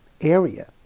area